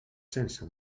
sense